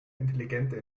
intelligente